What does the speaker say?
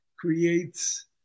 creates